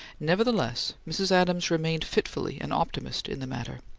nevertheless, mrs. adams remained fitfully an optimist in the matter.